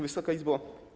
Wysoka Izbo!